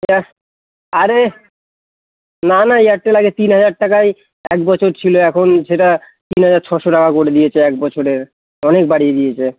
হ্যাঁ আরে না না এয়ারটেল আগে তিন হাজার টাকায় এক বছর ছিলো এখন সেটা তিন হাজার ছশো টাকা করে দিয়েছে এক বছরের অনেক বাড়িয়ে দিয়েছে